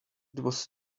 was